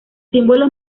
símbolos